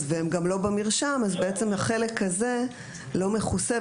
והם גם לא במרשם החלק הזה לא מכוסה,